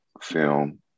film